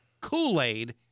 Kool-Aid